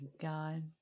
god